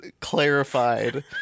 clarified